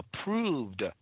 approved